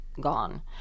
gone